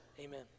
amen